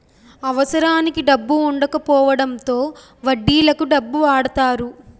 అవసరానికి డబ్బు వుండకపోవడంతో వడ్డీలకు డబ్బు వాడతారు